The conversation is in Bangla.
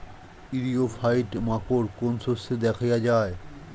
ইরিও ফাইট মাকোর কোন শস্য দেখাইয়া যায়?